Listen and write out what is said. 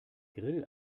grill